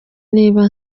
niba